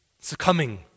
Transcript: succumbing